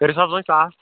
کٔرۍہُس حظ وَنہِ ساس